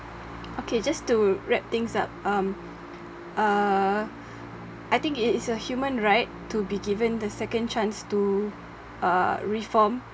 okay just to wrap things up um uh I think it is a human right to be given the second chance to uh reform